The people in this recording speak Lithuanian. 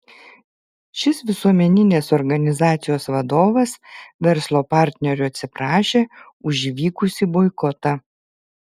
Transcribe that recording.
šis visuomeninės organizacijos vadovas verslo partnerių atsiprašė už įvykusį boikotą